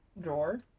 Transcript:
drawer